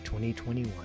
2021